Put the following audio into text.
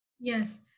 Yes